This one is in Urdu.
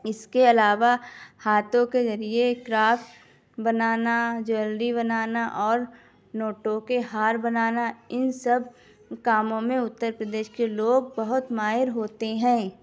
اس کے علاوہ ہاتھوں کے ذریعے کرافٹ بنانا جیولری بنانا اور نوٹوں کے ہار بنانا ان سب کاموں میں اتر پردیش کے لوگ بہت ماہر ہوتے ہیں